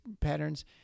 patterns